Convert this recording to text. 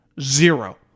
Zero